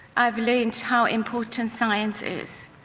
i've learned how important science is.